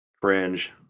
Cringe